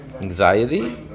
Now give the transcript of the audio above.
anxiety